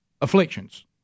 Afflictions